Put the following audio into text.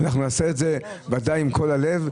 אנחנו נעשה את זה בוודאי עם כל הלב.